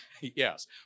Yes